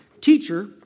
Teacher